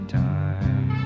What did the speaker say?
time